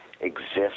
exist